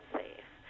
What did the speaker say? safe